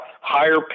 higher